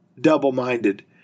double-minded